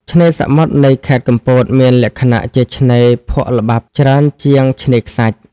ឆ្នេរសមុទ្រនៃខេត្តកំពតមានលក្ខណៈជាឆ្នេរភក់ល្បាប់ច្រើនជាងឆ្នេរខ្សាច់។